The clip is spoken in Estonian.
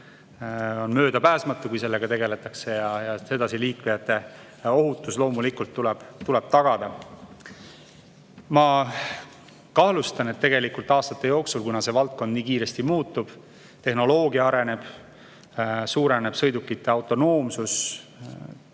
on möödapääsmatu, kui sellega tegeletakse. Sedasi liiklejate ohutus loomulikult tuleb tagada. Ma kahtlustan, et aastate jooksul, kuna see valdkond nii kiiresti muutub ja tehnoloogia areneb, suureneb tegelikult sõidukite autonoomsus,